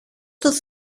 στο